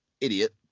idiot